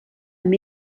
amb